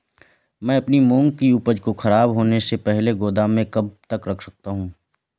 मैं अपनी मूंग की उपज को ख़राब होने से पहले गोदाम में कब तक रख सकता हूँ?